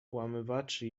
włamywaczy